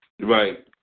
Right